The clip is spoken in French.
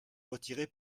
retirer